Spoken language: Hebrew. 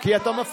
כי אתה מפריע.